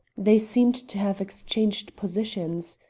they seemed to have exchanged positions.